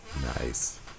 Nice